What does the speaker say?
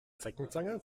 zeckenzange